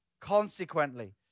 Consequently